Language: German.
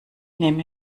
nehme